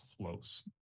close